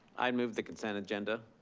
i move the consent agenda.